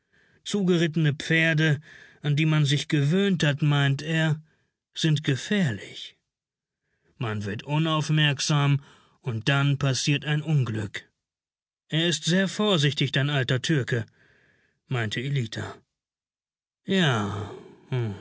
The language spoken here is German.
zugerittene pferde an die man sich gewöhnt hat meint er sind gefährlich man wird unaufmerksam und dann passiert ein unglück er ist sehr vorsichtig dein alter türke meinte ellita ja